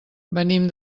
venim